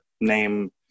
name